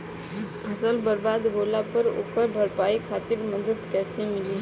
फसल बर्बाद होला पर ओकर भरपाई खातिर मदद कइसे मिली?